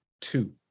Two